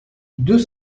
deux